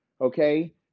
Okay